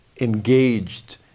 engaged